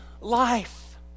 life